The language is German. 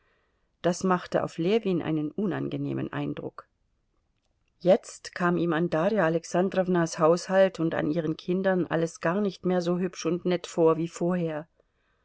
das machte auf ljewin einen unangenehmen eindruck jetzt kam ihm an darja alexandrownas haushalt und an ihren kindern alles gar nicht mehr so hübsch und nett vor wie vorher